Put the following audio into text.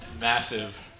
massive